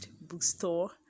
bookstore